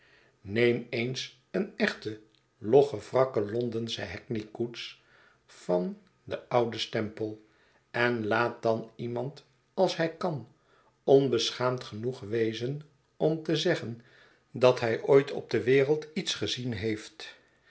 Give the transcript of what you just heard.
neem eens eene echte logge wrakke londensche hackney koets van den ouden stempel en laat dan iemand als hij kan onbeschaamd genoegd wezen om te zeggen dat hij ooit op de wereld iets gezien heeft